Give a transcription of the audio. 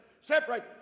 Separate